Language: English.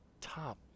top